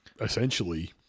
essentially